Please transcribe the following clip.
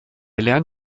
lernen